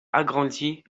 agrandie